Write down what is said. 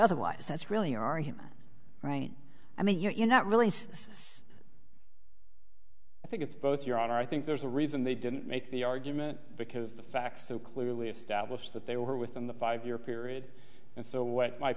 otherwise that's really our human right i mean you're not really i think it's both your honor i think there's a reason they didn't make the argument because the facts so clearly established that they were within the five year period and so what my